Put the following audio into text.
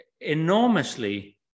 enormously